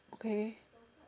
okay